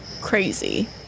crazy